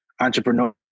Entrepreneur